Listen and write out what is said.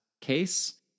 case